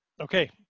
Okay